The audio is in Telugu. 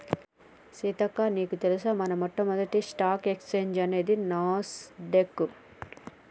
సీతక్క నీకు తెలుసా మన మొట్టమొదటి స్టాక్ ఎక్స్చేంజ్ అనేది నాస్ డొక్